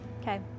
okay